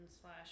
slash